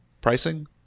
pricing